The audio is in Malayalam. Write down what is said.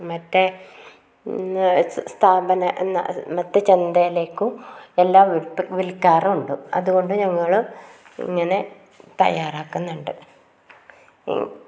മറ്റേ സ്ഥാപനം മറ്റ് ചന്തയിലേക്കും എല്ലാം വിൽക്കാറുണ്ട് അതുകൊണ്ട് ഞങ്ങൾ ഇങ്ങനെ തയ്യാറാക്കുന്നുണ്ട്